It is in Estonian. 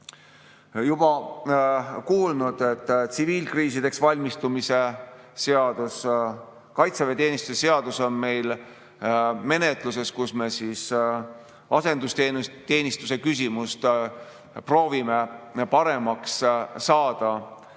juba kuulnud, et [tuleb] tsiviilkriisideks valmistumise seadus, kaitseväeteenistuse seadus on meil menetluses, kus me asendusteenistuse küsimust proovime paremaks saada.